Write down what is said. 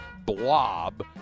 blob